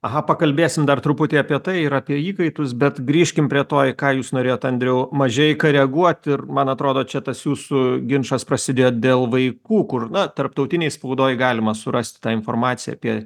aha pakalbėsim dar truputį apie tai ir apie įkaitus bet grįžkim prie to į ką jūs norėjot andriau mažeika reaguot ir man atrodo čia tas jūsų ginčas prasidėjo dėl vaikų kur na tarptautinėj spaudoj galima surasti tą informaciją apie